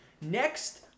Next